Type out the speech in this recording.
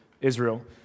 Israel